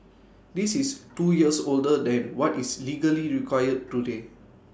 this is two years older than what is legally required today